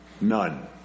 None